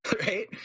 Right